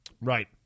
Right